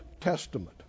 Testament